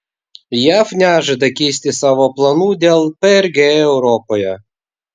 jav nežada keisti savo planų dėl prg europoje